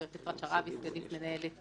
הגב' אפרת שרעבי, סגנית מנהלת